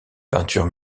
peintures